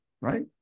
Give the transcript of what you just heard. right